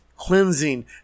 cleansing